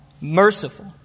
merciful